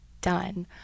done